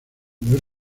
muy